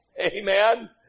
Amen